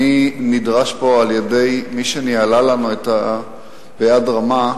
אני נדרש פה על-ידי מי שניהלה לנו פה ביד רמה,